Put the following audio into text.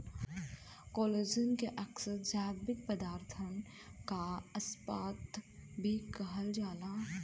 collagen के अक्सर जैविक पदारथन क इस्पात भी कहल जाला